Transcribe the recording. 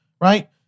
right